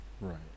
right